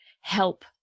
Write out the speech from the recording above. help